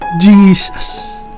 Jesus